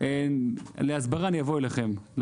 להסברה אני אבוא אליכם,